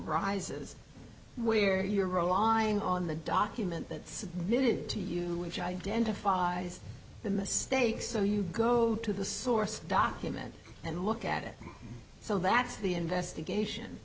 rises where you're wrong on the document that's needed to you which identifies the mistake so you go to the source document and look at it so that's the investigation